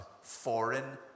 foreign